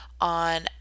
on